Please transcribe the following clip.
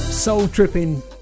soul-tripping